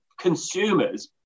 consumers